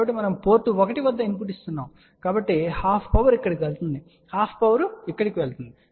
కాబట్టి మనము పోర్ట్ 1 వద్ద ఇన్పుట్ ఇస్తున్నాము కాబట్టి హాఫ్ పవర్ ఇక్కడకు వెళుతుంది హాఫ్ పవర్ ఇక్కడకు వెళుతుంది